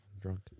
drunk